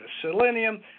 selenium